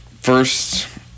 first